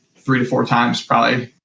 three to four times, probably,